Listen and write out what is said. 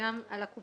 וביחד עם הקופות